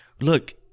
look